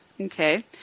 Okay